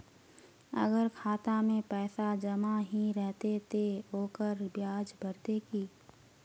अगर खाता में पैसा जमा ही रहते ते ओकर ब्याज बढ़ते की?